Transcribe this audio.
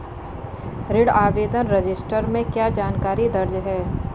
ऋण आवेदन रजिस्टर में क्या जानकारी दर्ज है?